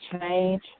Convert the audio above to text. change